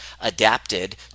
adapted